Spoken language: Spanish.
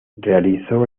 realizó